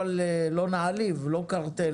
לא נעליב, לא נקרא לזה קרטל